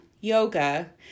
yoga